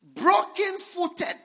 Broken-footed